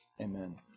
Amen